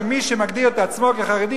שמי שמגדיר את עצמו כחרדי,